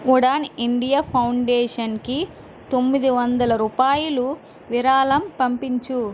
Udaan India ఫౌండేషన్కి తొమ్మిది వందలు రూపాయలు విరాళం పంపించు